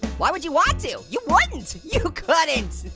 why would you want to, you wouldn't, you couldn't